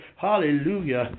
Hallelujah